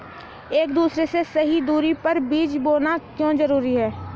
एक दूसरे से सही दूरी पर बीज बोना क्यों जरूरी है?